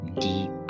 deep